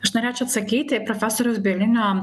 aš norėčiau atsakyt į profesoriaus bielinio